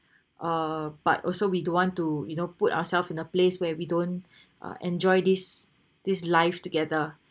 uh but also we don't want to you know put ourselves in a place where we don't ah enjoy this this life together